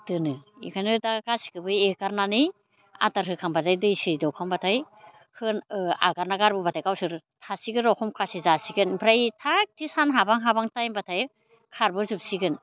दोनो इखायनो दा गासैखोबो एगारनानै आदार होखांब्लाथाय दै सै दौखांब्लाथाय आगारना गारबोब्लाथाय गावसोर थासिगोन र' हंगासो जासिगोन ओमफ्राय थाख थिख सान हाबहां हाबहां टाइमब्लाथाय खारबोजोबसिगोन